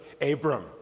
Abram